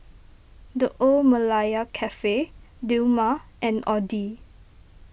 the Old Malaya Cafe Dilmah and Audi